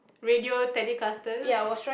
radio Telecasters